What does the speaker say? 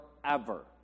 forever